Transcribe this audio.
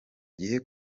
gihe